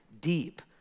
deep